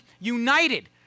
united